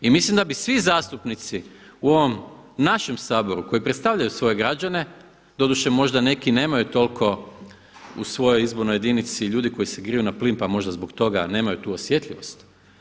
I mislim da bi svi zastupnici u ovom našem Saboru koji predstavljaju svoje građane, doduše možda neki nemaju toliko u svojoj izbornoj jedinici ljudi koji se griju na plin, pa možda zbog toga nemaju tu osjetljivost.